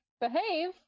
behave